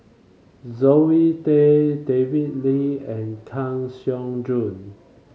Zoe Tay David Lee and Kang Siong Joo